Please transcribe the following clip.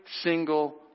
single